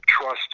trust